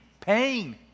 pain